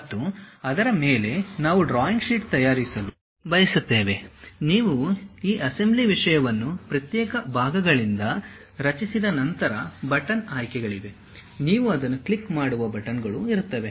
ಮತ್ತು ಅದರ ಮೇಲೆ ನಾವು ಡ್ರಾಯಿಂಗ್ ಶೀಟ್ ತಯಾರಿಸಲು ಬಯಸುತ್ತೇವೆ ನೀವು ಈ ಅಸೆಂಬ್ಲಿ ವಿಷಯವನ್ನು ಪ್ರತ್ಯೇಕ ಭಾಗಗಳಿಂದ ರಚಿಸಿದ ನಂತರ ಬಟನ್ ಆಯ್ಕೆಗಳಿವೆ ನೀವು ಅದನ್ನು ಕ್ಲಿಕ್ ಮಾಡುವ ಬಟನ್ಗಳು ಇರುತ್ತವೆ